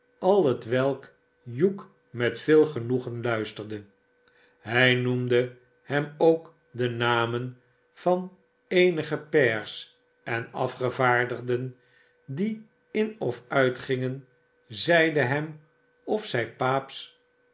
al hetwelk hugh met veel genoegen luisterde hij noemde hem ook de namen van eenige pairs en afgevaardigden die in of uitgingen zeide hem of zij